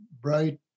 bright